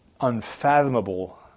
unfathomable